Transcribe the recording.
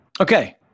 Okay